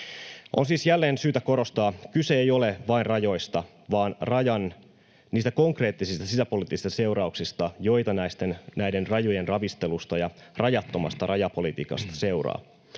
On siis jälleen syytä korostaa: Kyse ei ole vain rajoista vaan niistä konkreettisista sisäpoliittista seurauksista, joita näiden rajojen ravistelusta ja rajattomasta rajapolitiikasta seuraa.